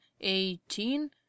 eighteen